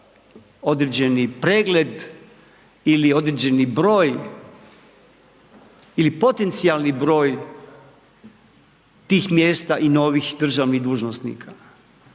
određeni pregled ili određeni broj ili potencijalni broj tih mjesta i novih državnih dužnosnika.